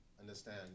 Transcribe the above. understand